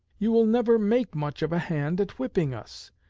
you will never make much of a hand at whipping us.